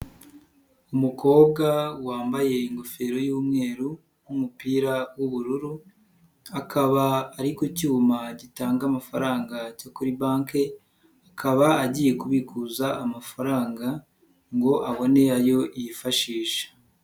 Umukobwa wambaye ingofero y'umweru n'umupira w'ubururu akaba arikucyuma gitanga amafaranga kuri banki, akaba agiye kubikuza amafaranga ngo abone ayo yifashisha.